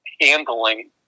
handling